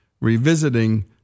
Revisiting